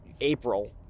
April